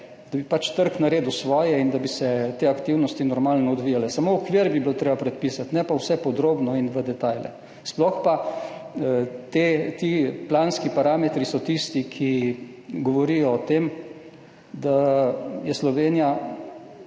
da bi trg naredil svoje in da bi se te aktivnosti normalno odvijale. Samo okvir bi bilo treba predpisati, ne pa vse podrobno in v detajle. Sploh pa so ti planski parametri tisti, ki govorijo o tem, da je Slovenija